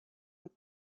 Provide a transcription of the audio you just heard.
les